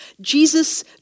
Jesus